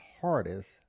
hardest